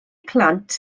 plant